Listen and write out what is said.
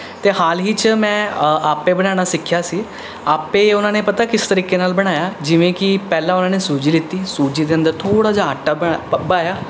ਅਤੇ ਹਾਲ ਹੀ 'ਚ ਮੈਂ ਆਪੇ ਬਣਾਉਣਾ ਸਿੱਖਿਆ ਸੀ ਆਪੇ ਉਹਨਾਂ ਨੇ ਪਤਾ ਕਿਸ ਤਰੀਕੇ ਨਾਲ ਬਣਾਇਆ ਜਿਵੇਂ ਕਿ ਪਹਿਲਾਂ ਉਹਨਾਂ ਨੇ ਸੂਜੀ ਲਿਤੀ ਸੂਜੀ ਦੇ ਅੰਦਰ ਥੋੜਾ ਜਿਹਾ ਆਟਾ ਬਣਾ ਪਾਇਆ